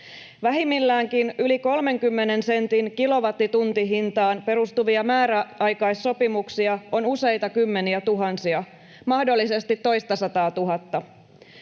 Vähimmilläänkin yli 30 sentin kilowattituntihintaan perustuvia määräaikaissopimuksia on useita kymmeniä tuhansia, mahdollisesti toistasataatuhatta.